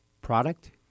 product